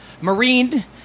Marine